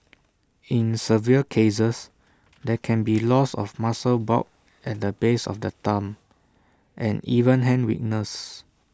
in severe cases there can be loss of muscle bulk at the base of the thumb and even hand weakness